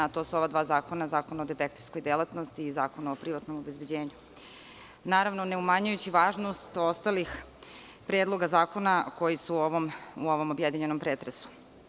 To su ova dva zakona, zakon o detektivskoj delatnosti i zakon o privatnom obezbeđenju, naravno, ne umanjujući važnost ostalih predloga zakona koji su u ovom objedinjenom pretresu.